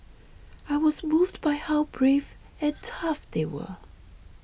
I was moved by how brave and tough they were